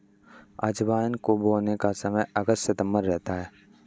अजवाइन को बोने का समय अगस्त सितंबर रहता है